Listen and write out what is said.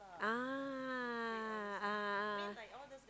ah a'ah